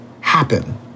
happen